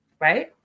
right